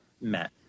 met